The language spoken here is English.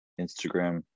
Instagram